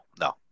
no